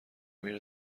میره